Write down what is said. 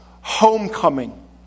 homecoming